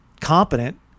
competent